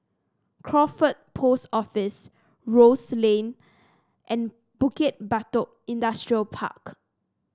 Crawford Post Office Rose Lane and Bukit Batok Industrial Park